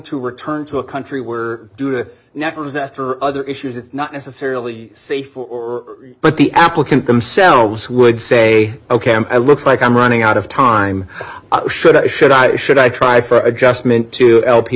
to return to a country where due to natural disaster or other issues it's not necessarily safe or but the applicant themselves would say ok am i looks like i'm running out of time should or should i should i try for adjustment to l p